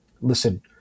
listen